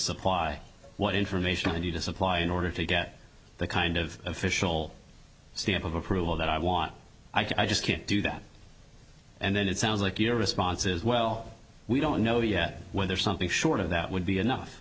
supply what information and you to supply in order to get the kind of fishbowl stamp of approval that i want i just can't do that and then it sounds like your response is well we don't know yet whether something short of that would be enough